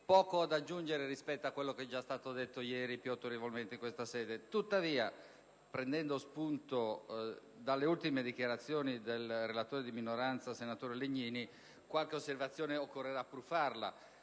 poco ho da aggiungere rispetto a quanto già detto ieri più autorevolmente in questa sede. Tuttavia, prendendo spunto dalle ultime dichiarazioni del relatore di minoranza, senatore Legnini, qualche osservazione occorrerà pur farla.